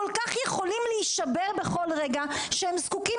כל כך יכולים להישבר בכל רגע שהם זקוקים